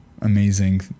amazing